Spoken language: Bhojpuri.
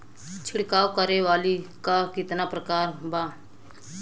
छिड़काव करे वाली क कितना प्रकार बा?